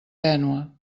tènue